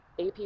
AP